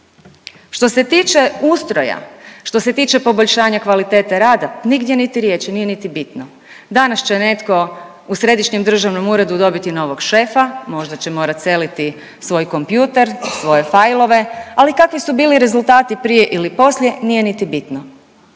Što se tiče ustroja, što se tiče poboljšanja kvalitete rada nigdje niti riječi, nije niti bitno. Danas će netko u središnjem državnog uredu dobiti novog šefa, možda će morat selit svoj kompjuter, svoje filove, ali kakvi su bili rezultati prije ili poslije nije niti bitno.